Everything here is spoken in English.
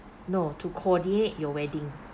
no to coordinate your wedding